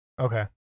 Okay